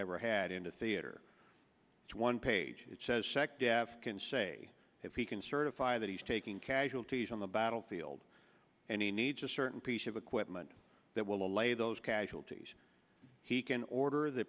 ever had in the theater one page that says sec def can say if he can certify that he's taking casualties on the battlefield and he needs a certain piece of equipment that will lay those casualties he can order the